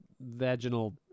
Vaginal